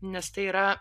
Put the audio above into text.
nes tai yra